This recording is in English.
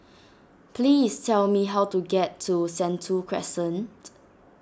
please tell me how to get to Sentul Crescent